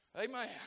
Amen